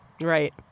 Right